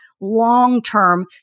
long-term